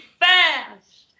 fast